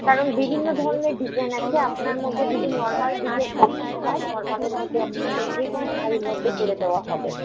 কারণ বিভিন্ন ধরনের ডিজাইন আছে আপনার মধ্যে যদি নর্মাল ডিজাইন পছন্দ হয় নর্মালের মধ্যে আপনাকে যেকোনও শাড়ির মধ্যে করে দেওয়া হবে